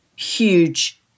huge